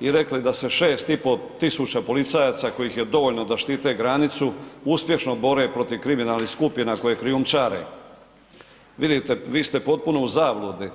i rekli da se 6500 policajaca kojih je dovoljno da štite granicu, uspješno bore protiv kriminalnih skupina koje krijumčare, Vidite, vi ste potpuno u zabludi.